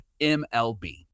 MLB